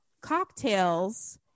cocktails